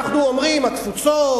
אנחנו אומרים: התפוצות,